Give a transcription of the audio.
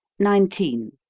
nineteen.